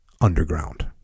underground